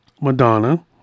Madonna